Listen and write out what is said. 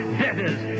debtors